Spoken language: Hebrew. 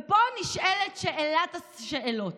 ופה נשאלת שאלת השאלות,